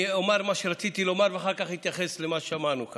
אומר מה שרציתי לומר ואז אתייחס למה שאמרנו כאן.